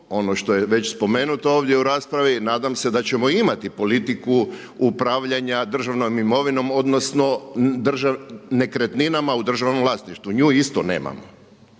ono što je već spomenuto ovdje u raspravi, nadam se da ćemo imati politiku upravljanja državnom imovinom odnosno nekretninama u državnom vlasništvu, nju isto nemamo.